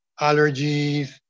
allergies